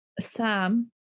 Sam